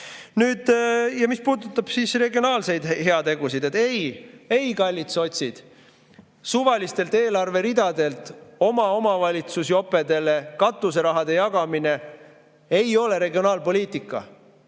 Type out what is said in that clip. Mis puudutab regionaalseid heategusid, siis ei, kallid sotsid, suvalistelt eelarveridadelt oma omavalitsusjopedele katuseraha jagamine ei ole regionaalpoliitika.